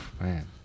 Man